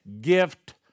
gift